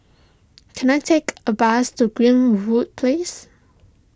can I take a bus to Greenwood Place